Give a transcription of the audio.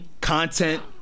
content